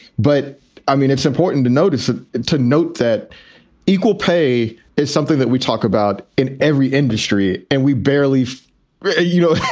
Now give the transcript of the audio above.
but i mean, it's important to notice ah to note that equal pay is something that we talk about in every industry. and we barely you know,